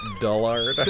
dullard